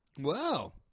Wow